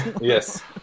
Yes